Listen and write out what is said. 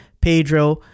Pedro